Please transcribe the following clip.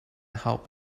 help